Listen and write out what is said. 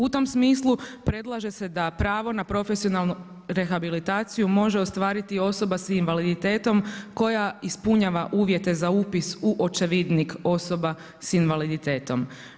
U tom smislu predlaže se da pravo na profesionalnu rehabilitaciju može ostvariti osoba s invaliditetom koja ispunjava uvjete za upis u očevidnik osoba s invaliditetom.